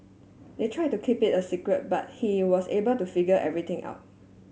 they try to keep it a secret but he was able to figure everything out